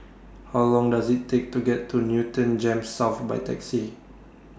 How Long Does IT Take to get to Newton Gems South By Taxi